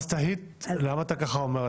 למה אתה אומר ככה?